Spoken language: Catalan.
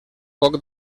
poc